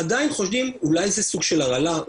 עדיין חושדים אולי זה סוג של הרעלה,